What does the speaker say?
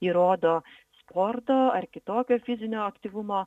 įrodo sporto ar kitokio fizinio aktyvumo